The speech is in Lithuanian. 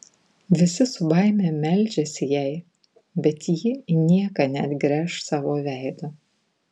visi su baime meldžiasi jai bet ji į nieką neatgręš savo veido